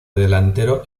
delantero